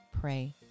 pray